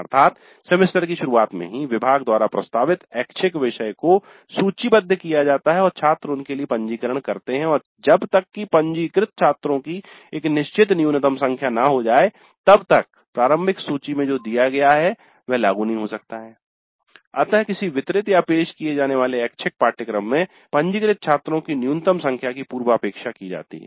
अर्थात् सेमेस्टर की शुरुआत में विभाग द्वारा प्रस्तावित ऐच्छिक विषय को सूचीबद्ध किया जाता है और छात्र उनके लिए पंजीकरण करते हैं और जब तक कि पंजीकृत छात्रों की एक निश्चित न्यूनतम संख्या न हो जाये तब तक प्रारंभिक सूची में जो दिया गया है वह लागू नहीं हो सकता है अतः किसी वितरितपेश किये जाने वाले ऐच्छिक पाठ्यक्रम में पंजीकृत छात्रों की न्यूनतम संख्या की पूर्वापेक्षा की जाती है